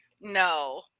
No